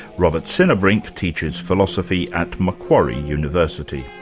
robert sinnerbrink teaches philosophy at macquarie university.